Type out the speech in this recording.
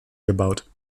gebaut